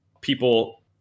people